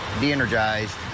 de-energized